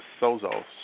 Sozo